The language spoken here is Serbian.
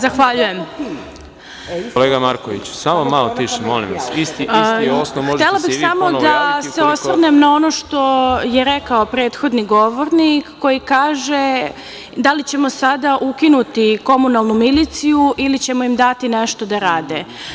Zahvaljujem. (Predsedavajući: Kolega Markoviću, samo malo tiše, molim vas.) Htela bih da se osvrnem na ono što je rekao prethodni govornik koji kaže - da li ćemo sada ukinuti komunalnu miliciju, ili ćemo im dati nešto da rade.